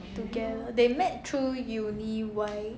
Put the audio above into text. together they met through uni Y